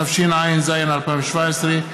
התשע"ז 2017,